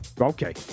Okay